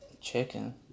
Chicken